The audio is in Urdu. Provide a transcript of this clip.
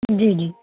جی جی